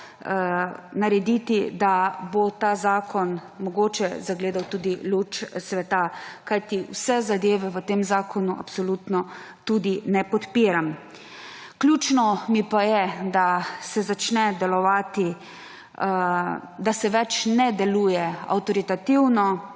korakov, da bo ta zakon mogoče zagledal tudi luč sveta, kajti vseh zadev v tem zakonu absolutno tudi ne podpiram. Ključno pa mi je, da se začne delovati, da se več ne deluje avtoritativno,